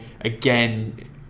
again